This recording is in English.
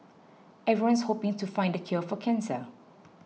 everyone's hoping to find the cure for cancer